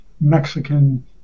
Mexican